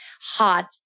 hot